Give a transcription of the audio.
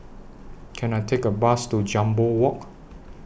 Can I Take A Bus to Jambol Walk